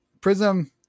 Prism